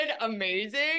amazing